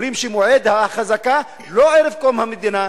אומרים שמועד החזקה הוא לא ערב קום המדינה,